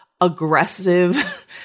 aggressive